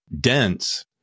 dense